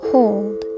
Hold